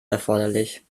erforderlich